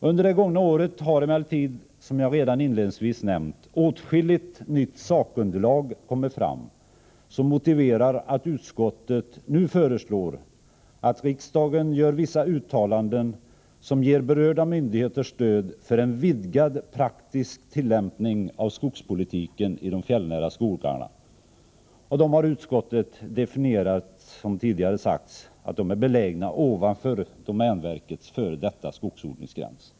Under det gångna året har emellertid, som jag redan inledningsvis nämnt, åtskilligt nytt sakunderlag kommit fram som motiverar att utskottet nu föreslår att riksdagen gör vissa uttalanden, som ger berörda myndigheter stöd för en vidgad praktisk tillämpning av skogspolitiken i de fjällnära skogarna. Som tidigare sagts, har dessa skogar av utskottet definierats som belägna ovanför domänverkets f. d. skogsodlingsgräns.